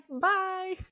Bye